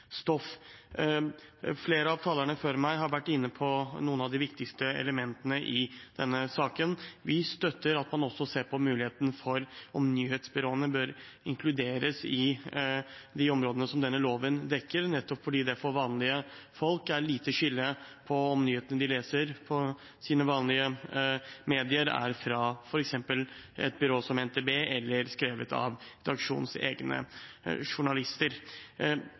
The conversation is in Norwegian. Flere av talerne før meg har vært inne på noen av de viktigste elementene i denne saken. Vi støtter at man også ser på om nyhetsbyråene bør inkluderes i de områdene som denne loven dekker, nettopp fordi det for vanlige folk skiller lite om nyhetene de leser på sine vanlige medier, er fra f.eks. et byrå som NTB eller skrevet av redaksjonens egne journalister.